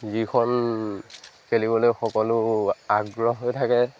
যিখন খেলিবলৈ সকলো আগ্ৰহ হৈ থাকে